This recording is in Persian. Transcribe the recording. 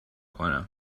کنم